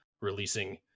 releasing